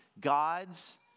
God's